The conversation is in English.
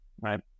right